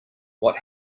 what